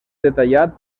detallat